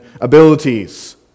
abilities